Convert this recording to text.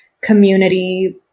community